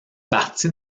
partie